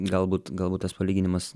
galbūt galbūt tas palyginimas